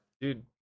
Dude